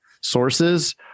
sources